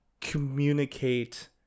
communicate